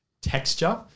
texture